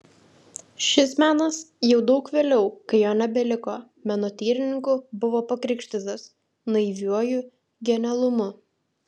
šis menas jau daug vėliau kai jo nebeliko menotyrininkų buvo pakrikštytas naiviuoju genialumu